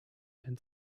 and